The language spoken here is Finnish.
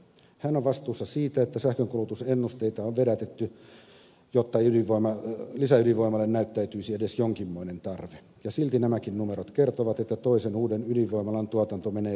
hän on vastuussa siitä että sähkönkulutusennusteita on vedätetty jotta lisäydinvoimalle näyttäytyisi edes jonkinmoinen tarve ja silti nämäkin numerot kertovat että toisen uuden ydinvoimalan tuotanto menee pääosin vientiin